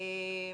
זהו,